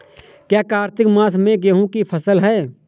क्या कार्तिक मास में गेहु की फ़सल है?